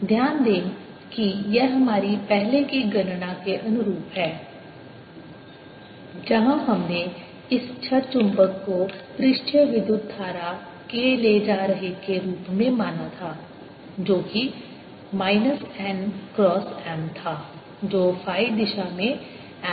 ध्यान दें कि यह हमारे पहले की गणना के अनुरूप है जहां हमने इस छड़ चुंबक को पृष्ठीय विद्युत धारा k ले जा रहे के रूप में माना था जो कि माइनस n क्रॉस M था जो फ़ाई दिशा में M था